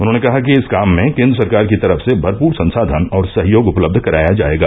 उन्होंने कहा कि इस काम में केन्द्र सरकार की तरफ से भरपूर संसाधन और सहयोग उपलब्ध कराया जायेगा